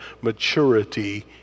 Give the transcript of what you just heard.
maturity